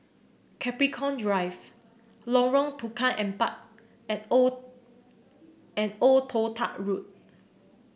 Capricorn Drive Lorong Tukang Empat and Old and Old Toh Tuck Road